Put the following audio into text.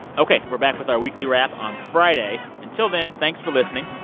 ok. we're back with our weekly wrap on friday. until then, thanks for listening.